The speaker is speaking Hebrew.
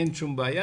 אין שום בעיה,